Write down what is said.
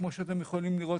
כמו שאתם יכולים לראות,